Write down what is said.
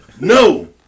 No